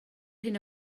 hyn